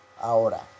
Ahora